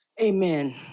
Amen